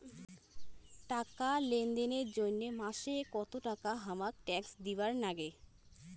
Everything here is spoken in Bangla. টাকা লেনদেন এর জইন্যে মাসে কত টাকা হামাক ট্যাক্স দিবার নাগে?